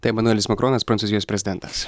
tai emanuelis makronas prancūzijos prezidentas